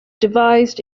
devised